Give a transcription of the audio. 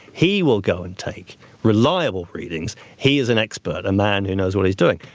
he will go and take reliable readings. he is an expert, a man who knows what he's doing.